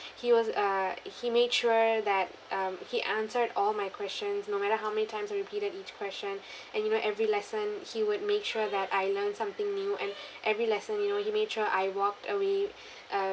he was uh he made sure that um he answered all my questions no matter how many times I repeated each question and you know every lesson he would make sure that I learn something new and every lesson you know he made sure I walked away um